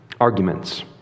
arguments